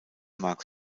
marx